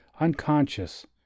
unconscious